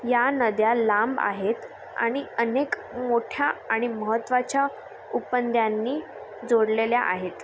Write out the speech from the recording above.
या नद्या लांब आहेत आणि अनेक मोठ्या आणि महत्त्वाच्या उपनद्यांनी जोडलेल्या आहेत